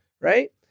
right